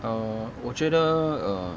err 我觉得 err